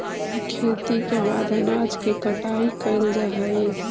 खेती के बाद अनाज के कटाई कैल जा हइ